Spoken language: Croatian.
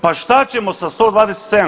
Pa šta ćemo sa 127?